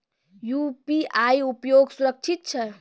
UPI उपयोग सुरक्षित छै?